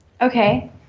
okay